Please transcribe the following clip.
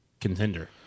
contender